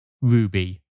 Ruby